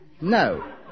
No